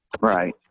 Right